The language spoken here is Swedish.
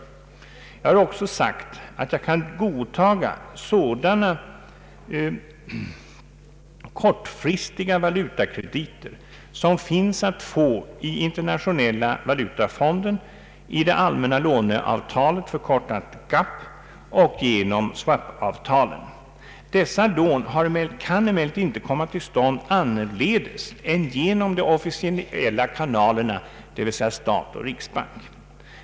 Jag har också sagt att jag kan godtaga sådana kortfristiga valutakrediter som finns att få i internationella valutafonden, i det allmänna låneavtalet — förkortat GAB — och genom SWAP avtalen. Dessa lån kan emellertid inte komma till stånd annorledes än genom de officiella kanalerna, d.v.s. stat och riksbank.